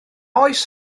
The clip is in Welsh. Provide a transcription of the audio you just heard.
oes